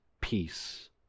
peace